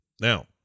Now